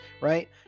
right